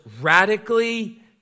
radically